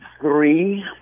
three